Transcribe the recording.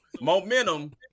momentum